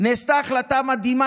נעשתה החלטה מדהימה,